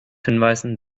hinweisen